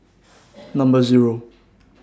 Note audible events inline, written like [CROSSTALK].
[NOISE] Number Zero [NOISE]